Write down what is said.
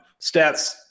stats